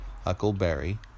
Huckleberry